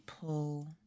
pull